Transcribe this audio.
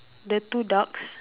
the two ducks